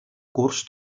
curs